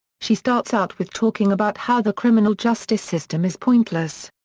she starts out with talking about how the criminal justice system is pointless.